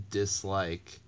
dislike